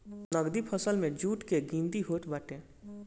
नगदी फसल में जुट कअ गिनती होत बाटे